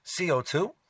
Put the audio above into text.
CO2